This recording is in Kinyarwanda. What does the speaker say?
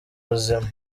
buzima